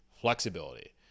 Flexibility